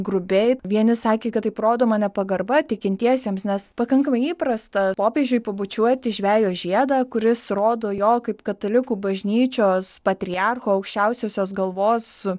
grubiai vieni sakė kad taip rodoma nepagarba tikintiesiems nes pakankamai įprasta popiežiui pabučiuoti žvejo žiedą kuris rodo jo kaip katalikų bažnyčios patriarcho aukščiausiosios galvos